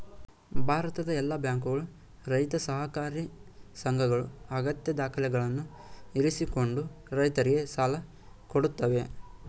ಭಾರತದ ಎಲ್ಲಾ ಬ್ಯಾಂಕುಗಳು, ರೈತ ಸಹಕಾರಿ ಸಂಘಗಳು ಅಗತ್ಯ ದಾಖಲೆಗಳನ್ನು ಇರಿಸಿಕೊಂಡು ರೈತರಿಗೆ ಸಾಲ ಕೊಡತ್ತವೆ